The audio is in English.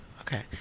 okay